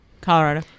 Colorado